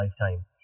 lifetime